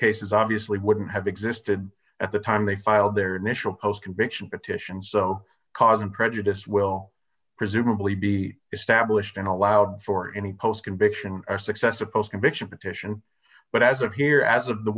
cases obviously wouldn't have existed at the time they filed their initial post conviction petitions so cause and prejudice will presumably be established and allowed for any post conviction a success a post conviction petition but as of here as of the